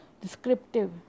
Descriptive